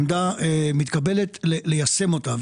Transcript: עמדה מתקבלת, ליישם אותה.